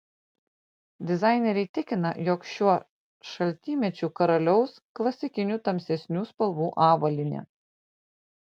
dizaineriai tikina jog šiuo šaltymečiu karaliaus klasikinių tamsesnių spalvų avalynė